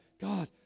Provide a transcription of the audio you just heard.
God